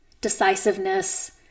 decisiveness